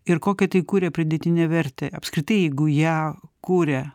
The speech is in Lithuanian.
ir kokia tai kuria pridėtinę vertę apskritai jeigu ją kuria